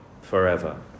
forever